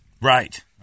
Right